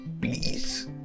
Please